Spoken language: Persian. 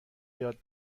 یاد